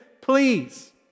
please